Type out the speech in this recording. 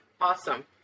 awesome